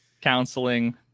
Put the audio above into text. counseling